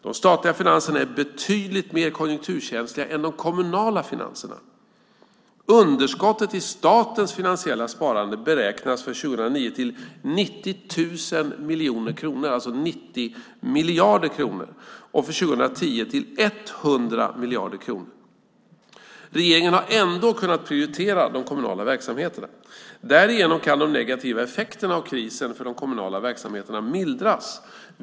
De statliga finanserna är betydligt mer konjunkturkänsliga än de kommunala finanserna. Underskottet i statens finansiella sparande beräknas för 2009 till 90 miljarder kronor och för 2010 till 100 miljarder kronor. Regeringen har ändå kunnat prioritera de kommunala verksamheterna. Därigenom kan de negativa effekterna av krisen för de kommunala verksamheterna mildras.